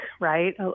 right